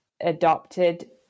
adopted